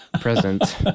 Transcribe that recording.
present